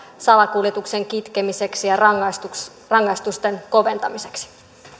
salakuljetuksen kitkemiseksi ja rangaistusten koventamiseksi